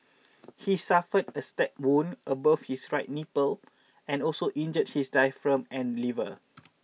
he suffered a stab wound above his right nipple and also injured his diaphragm and liver